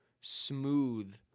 smooth